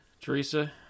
Teresa